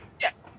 Yes